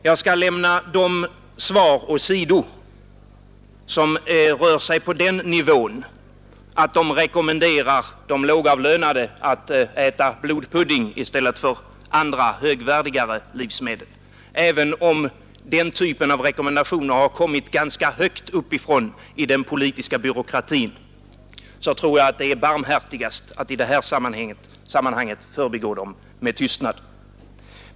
Jag skall lämna de svar åsido som rör sig på nivån att de rekommenderar de lågavlönade att äta blodpudding i stället för andra, högvärdigare livsmedel. Även om den typen av rekommendationer har kommit ganska långt uppifrån i den politiska byråkratin tror jag att det är barmhärtigast att i det här sammanhanget förbigå den med tystnad.